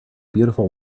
beautiful